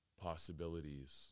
possibilities